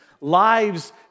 lives